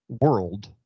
world